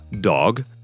dog